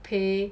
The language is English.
pay